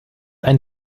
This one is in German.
ein